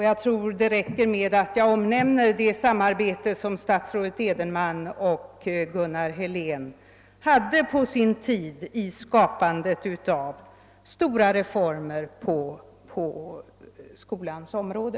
Jag tror att det räcker med att jag omnämner det samarbete som statsrådet . Edenman och Gunnar Helén hade på sin tid vid skapandet av stora reformer på skolans område.